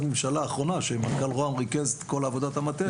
ממשלה האחרונה ומנכ"ל משרד ראש ממשלה ריכז את כל עבודת המטה.